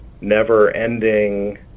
never-ending